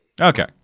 Okay